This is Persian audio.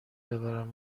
ببرم